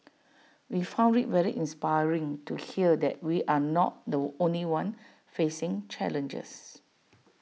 we found IT very inspiring to hear that we are not the only one facing challenges